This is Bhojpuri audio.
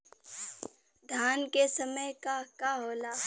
धान के समय का का होला?